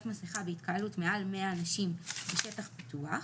מסכה בהתקהלות מעל 100 אנשים בשטח פתוח,